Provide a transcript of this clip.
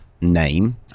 name